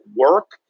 work